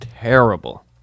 terrible